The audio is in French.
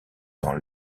dans